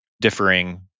differing